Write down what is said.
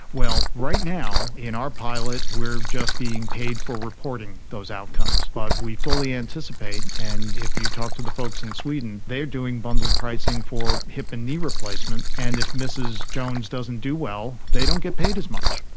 well, right now in our pilot we are just being paid for reporting those outcomes, but we fully anticipate, and if you talk to the folks in sweden they are doing bundled pricing for hip and knee replacement, and if mrs jones doesn't do well, they don't get paid as much.